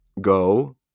Go